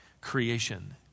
creation